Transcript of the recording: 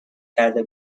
کرده